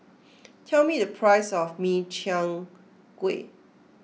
tell me the price of Min Chiang Kueh